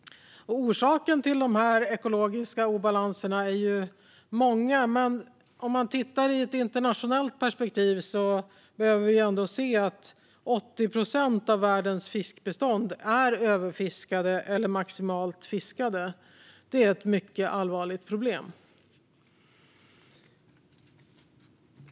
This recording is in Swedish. Orsaken till de ekologiska obalanserna är många, men om vi tittar i ett internationellt perspektiv ser vi att 80 procent av världens fiskbestånd är överfiskade eller maximalt fiskade. Det är ett mycket allvarligt problem.